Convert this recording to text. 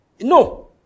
No